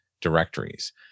directories